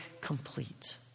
complete